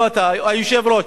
לא אתה, היושב-ראש.